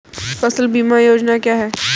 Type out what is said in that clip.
फसल बीमा योजना क्या है?